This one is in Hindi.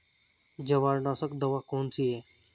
जवारनाशक दवा कौन सी है?